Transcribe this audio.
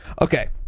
Okay